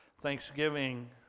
Thanksgiving